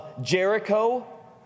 Jericho